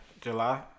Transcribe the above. July